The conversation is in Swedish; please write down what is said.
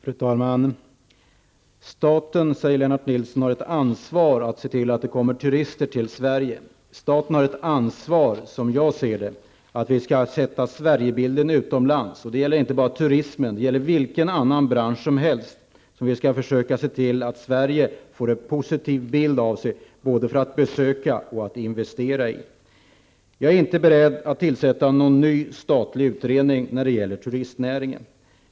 Fru talman! Lennart Nilsson säger att staten har ett ansvar för att se till att det kommer turister till Sverige. Staten har, som jag ser det, ett ansvar att föra fram Sverigebilden utomlands. Detta gäller inte bara turismen utan alla andra branscher när vi skall försöka se till att Sverige får en positiv bild, både när det gäller att besöka och att investera i. Jag är inte beredd att tillsätta någon ny statlig utredning när det gäller turistnäringen.